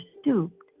stooped